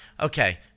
okay